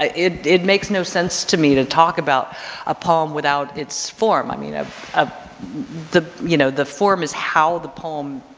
it it makes no sense to me to talk about ah poem without its form. i mean, ah ah the you know the form is how the poem,